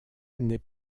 n’est